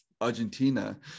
Argentina